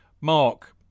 Mark